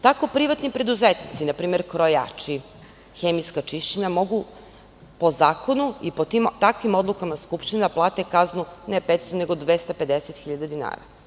Tako privatni preduzetnici, npr. krojači, hemijska čišćenja mogu po zakonu i takvim odlukama skupština da plate kaznu ne 500 nego 250 hiljada dinara.